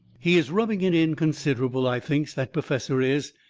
he is rubbing it in considerable, i thinks, that perfessor is.